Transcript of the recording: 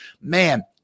man